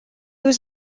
was